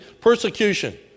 persecution